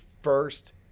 first